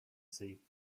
see